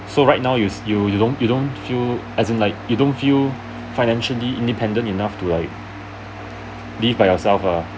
so right now you you don't you don't feel as in like you don't feel financially independent enough to like live by yourself uh